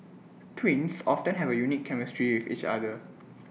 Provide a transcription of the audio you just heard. twins often have A unique chemistry with each other